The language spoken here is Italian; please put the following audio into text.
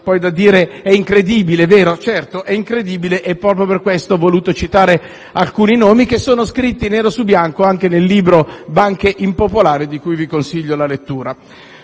non sia incredibile. Certo, è incredibile e, proprio per questo, ho voluto citare alcuni nomi, scritti nero su bianco anche nel libro «Banche impopolari», di cui vi consiglio la lettura.